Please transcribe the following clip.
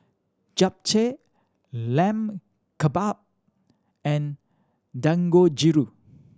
Japchae Lamb Kebab and Dangojiru